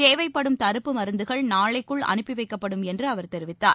தேவைப்படும் தடுப்பு மருந்துகள் நாளைக்குள் அனுப்பிவைக்கப்படும் என்று அவர் தெரிவித்தார்